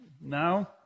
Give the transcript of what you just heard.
Now